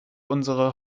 unsere